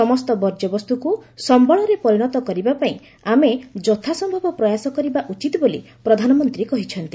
ସମସ୍ତ ବର୍ଜ୍ୟବସ୍ତୁକୁ ସମ୍ଭଳରେ ପରିଣତ କରିବା ପାଇଁ ଆମେ ଯଥା ସମ୍ଭବ ପ୍ରୟାସ କରିବା ଉଚିତ ବୋଲି ପ୍ରଧାନମନ୍ତ୍ରୀ କହିଛନ୍ତି